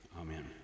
amen